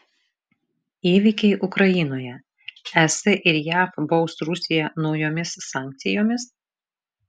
įvykiai ukrainoje es ir jav baus rusiją naujomis sankcijomis